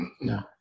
No